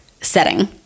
setting